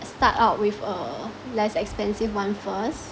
start out with a less expensive one first